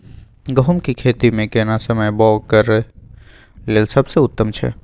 गहूम के खेती मे केना समय बौग करय लेल सबसे उत्तम छै?